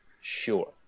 sure